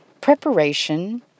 preparation